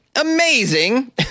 Amazing